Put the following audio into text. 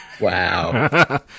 Wow